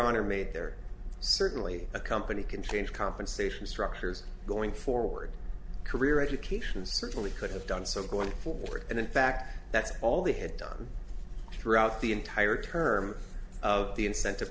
honor made there certainly a company can change compensation structures going forward career education certainly could have done so going forward and in fact that's all they had done throughout the entire term of the incentive